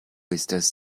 estas